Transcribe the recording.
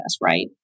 right